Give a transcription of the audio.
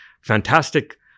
fantastic